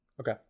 okay